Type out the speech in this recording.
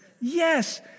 Yes